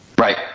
Right